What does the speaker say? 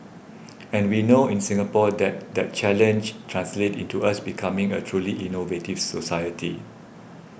and we know in Singapore that that challenge translates into us becoming a truly innovative society